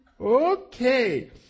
okay